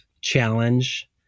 challenge